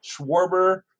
Schwarber